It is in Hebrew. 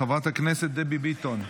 חברת הכנסת דבי ביטון,